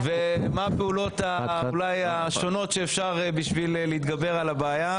-- ועל הפעולות השונות כדי להתגבר על הבעיה.